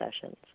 sessions